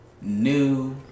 new